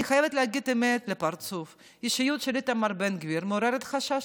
אני חייבת להגיד את האמת בפרצוף: האישיות של איתמר בן גביר מעוררת חשש,